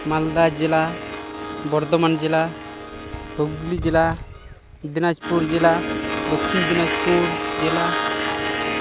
ᱢᱟᱞᱫᱟ ᱡᱮᱞᱟ ᱵᱚᱨᱫᱷᱚᱢᱟᱱ ᱡᱮᱞᱟ ᱦᱩᱜᱽᱞᱤ ᱡᱮᱞᱟ ᱫᱤᱱᱟᱡᱽᱯᱩᱨ ᱡᱮᱞᱟ ᱫᱚᱠᱠᱷᱤᱱ ᱫᱤᱱᱟᱡᱽᱯᱩᱨ ᱡᱮᱞᱟ